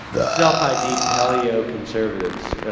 self i d hell you know conservatives